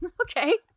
Okay